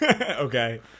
Okay